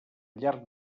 llarg